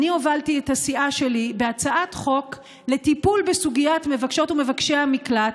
אני הובלתי את הסיעה שלי בהצעת חוק לטיפול בסוגיית מבקשות ומבקשי המקלט,